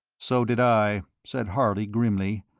so did i, said harley, grimly,